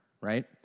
right